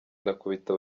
inakubita